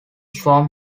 form